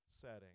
setting